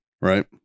Right